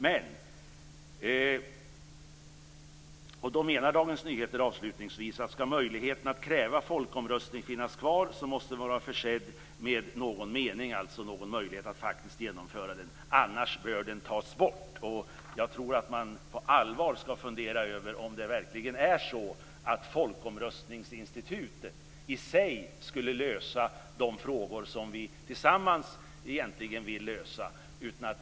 Avslutningsvis menar Dagens Nyheter att om möjligheten att kräva folkomröstning skall finnas kvar måste den vara försedd med någon mening, dvs. någon möjlighet att faktiskt genomföra den, annars bör den tas bort. Jag tror att man på allvar skall fundera över om det verkligen är så att folkomröstningsinstitutet i sig skulle lösa de frågor som vi egentligen vill lösa tillsammans.